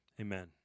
Amen